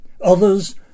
Others